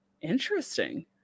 Interesting